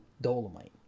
Dolomite